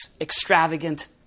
extravagant